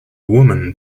woman